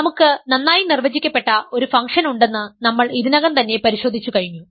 നമുക്ക് നന്നായി നിർവചിക്കപ്പെട്ട ഒരു ഫംഗ്ഷൻ ഉണ്ടെന്ന് നമ്മൾ ഇതിനകം തന്നെ പരിശോധിച്ചു കഴിഞ്ഞു